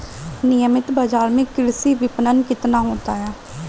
नियमित बाज़ार में कृषि विपणन कितना होता है?